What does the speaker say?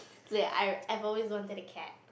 ya I I always wanted a cat